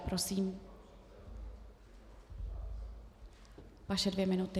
Prosím, vaše dvě minuty.